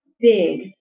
big